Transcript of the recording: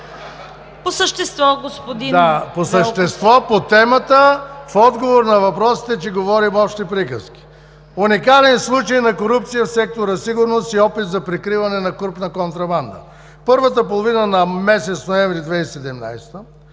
По същество, господин Велков.